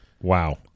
Wow